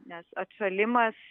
nes atšalimas